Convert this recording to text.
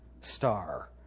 star